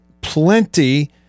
plenty